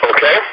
Okay